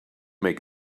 make